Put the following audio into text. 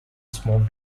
smoke